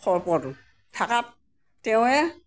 সৰ্পটো থাকাত তেওঁৱে